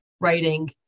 writing